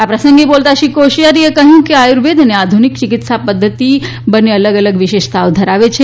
આ પ્રસંગે બોલતાં શ્રી કોશ્યારીએ કહ્યું કે આર્યુવેદ અને આધુનિક ચિકિત્સા પધ્ધતિ બંન્ને એલગ અલગ વિશેષતાઓ ધરાવે છે